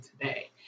today